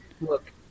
Look